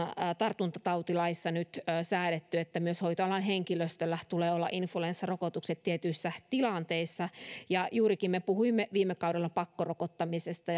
tartuntatautilaissa nyt säädetty että myös hoitoalan henkilöstöllä tulee olla influenssarokotukset tietyissä tilanteissa ja juurikin me puhuimme viime kaudella pakkorokottamisesta